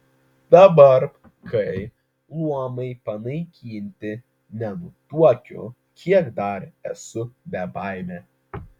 dabar kai luomai panaikinti nenutuokiu kiek dar esu bebaimė